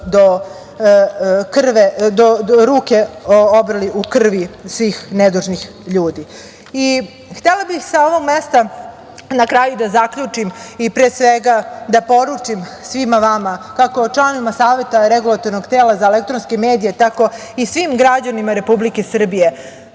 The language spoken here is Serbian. su ruke obreli u krvi svih nedužnih ljudi. Htela bih sa ovog mesta na kraju da zaključim i pre svega da poručim svima vama, kako članovima Saveta Regulatornog tela za elektronske medije, tako i svim građanima Republike Srbije,